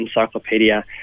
Encyclopedia